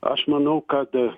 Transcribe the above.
aš manau kad